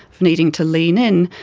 needing to lean in.